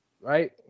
right